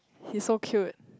he so cute